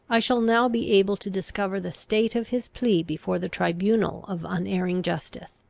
i shall now be able to discover the state of his plea before the tribunal of unerring justice.